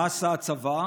מה עשה הצבא?